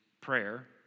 prayer